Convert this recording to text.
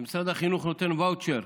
שכשמשרד החינוך נותן ואוצ'ר